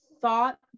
thought